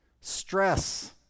stress